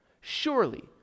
Surely